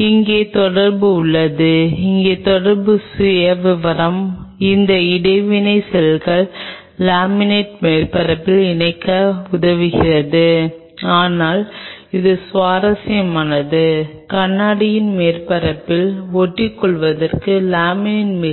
அதே விஷயத்தை நீங்கள் பின்பற்றுகிறீர்கள் வெவ்வேறு செறிவு சேர்க்க நீங்கள் கொலாஜன் ஏற்கனவே அங்கு வந்துள்ளீர்கள் மேலும் இந்த சிறிய அளவு இடையகமும் உள்ளது